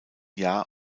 jahr